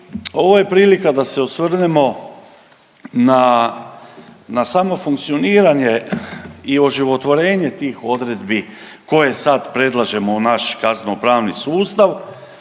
ovo je prilika da se osvrnemo na samo funkcioniranje i oživotvorenje tih odredbi koje sad predlažemo u naš kazneno-pravni sustav